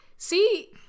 see